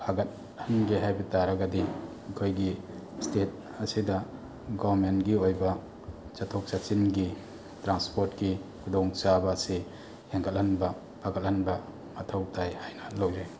ꯐꯒꯠꯍꯟꯒꯦ ꯍꯥꯏꯕ ꯇꯥꯔꯒꯗꯤ ꯑꯩꯈꯣꯏꯒꯤ ꯁ꯭ꯇꯦꯠ ꯑꯁꯤꯗ ꯒꯣꯚꯟꯔꯃꯦꯟꯒꯤ ꯑꯣꯏꯕ ꯆꯠꯊꯣꯛ ꯆꯠꯁꯤꯟꯒꯤ ꯇ꯭ꯔꯥꯟꯄꯣꯠꯀꯤ ꯈꯨꯗꯣꯡ ꯆꯥꯕ ꯑꯁꯤ ꯍꯦꯟꯀꯠꯍꯟꯕ ꯐꯒꯠꯍꯟꯕ ꯃꯊꯧ ꯇꯥꯏ ꯍꯥꯏꯅ ꯂꯧꯖꯩ